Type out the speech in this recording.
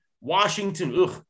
Washington